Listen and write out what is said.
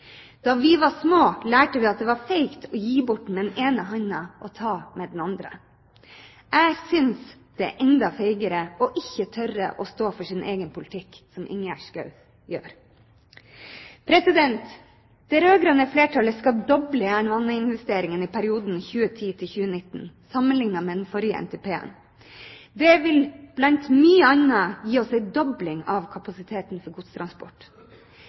vi var små lærte vi at det var feigt å gi bort med den ene hånda og ta med den andre.» Jeg synes det er enda feigere å ikke tørre å stå for sin egen politikk, som Ingjerd Schou gjør. Det rød-grønne flertallet skal doble jernbaneinvesteringene i perioden 2010–2019, sammenlignet med den forrige NTP-en. Det vil blant mye annet gi oss en dobling av kapasiteten for godstransport.